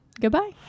goodbye